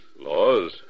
Laws